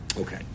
Okay